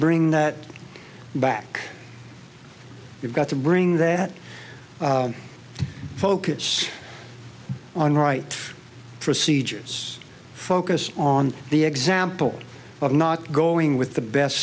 bring that back you've got to bring that focus on right procedures focus on the example of not going with the best